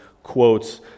quotes